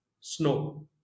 snow